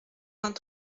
vingt